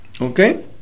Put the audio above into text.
okay